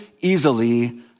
easily